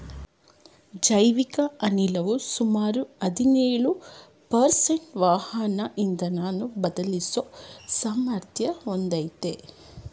ಜೈವಿಕ ಅನಿಲವು ಸುಮಾರು ಹದಿನೇಳು ಪರ್ಸೆಂಟು ವಾಹನ ಇಂಧನನ ಬದಲಿಸೋ ಸಾಮರ್ಥ್ಯನ ಹೊಂದಯ್ತೆ